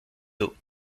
d’eau